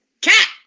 Cat